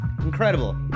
Incredible